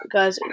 Guys